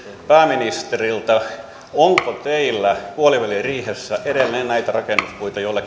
pääministeriltä onko teillä puoliväliriihessä edelleen näitä rakennuspuita joilla